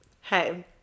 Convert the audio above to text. hey